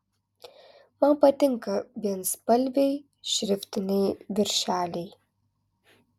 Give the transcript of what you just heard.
man patinka vienspalviai šriftiniai viršeliai